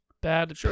bad